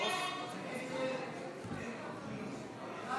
הסתייגות 98 לא נתקבלה.